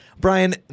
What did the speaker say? Brian